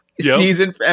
season